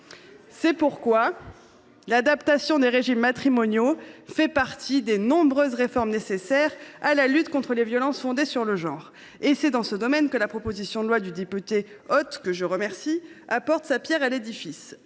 C’est pourquoi l’adaptation des régimes matrimoniaux fait partie des nombreuses réformes nécessaires à la lutte contre les violences fondées sur le genre. Et c’est dans ce domaine que la proposition de loi du député Hubert Ott, que je remercie, apporte sa pierre à l’édifice.